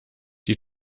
die